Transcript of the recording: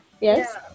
Yes